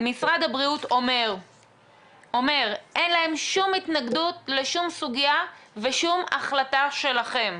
משרד הבריאות אומר שאין להם שום התנגדות לשום סוגיה ושום החלטה שלכם.